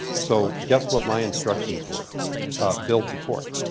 so guess what my instructions were build the court.